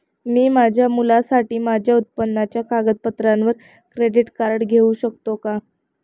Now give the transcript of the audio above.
मी माझ्या मुलासाठी माझ्या उत्पन्नाच्या कागदपत्रांवर क्रेडिट कार्ड घेऊ शकतो का?